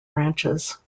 branches